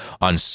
on